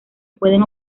pueden